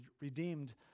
redeemed